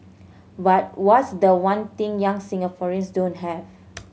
but what's the one thing young Singaporeans don't have